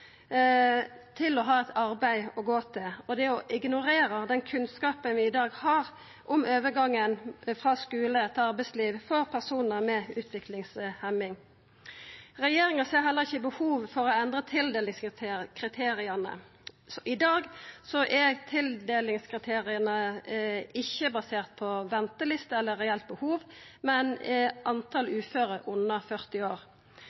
på å ha eit arbeid å gå til, og å ignorera den kunnskapen vi i dag har om overgangen frå skule til arbeidsliv for personar med utviklingshemming. Regjeringa ser heller ikkje behovet for å endra tildelingskriteria. I dag er tildelingskriteria ikkje baserte på venteliste eller reelt behov, men talet på uføre under 40 år.